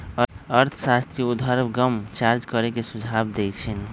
अर्थशास्त्री उर्ध्वगम चार्ज करे के सुझाव देइ छिन्ह